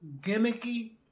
gimmicky